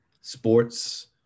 sports